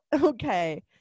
okay